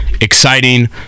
exciting